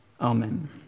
Amen